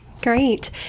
Great